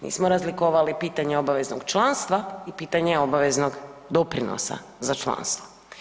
Nismo razlikovali pitanje obaveznog članstva i pitanje obaveznog doprinosa za članstvo.